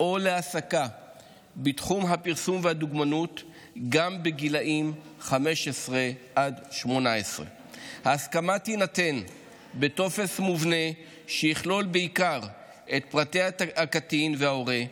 או להעסקה בתחום הפרסום והדוגמנות גם בגילים 15 עד 18. ההסכמה תינתן בטופס מובנה שיכלול בעיקר את פרטי הקטין וההורה,